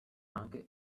anche